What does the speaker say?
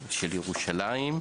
של ירושלים.